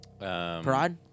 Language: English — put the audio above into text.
Parad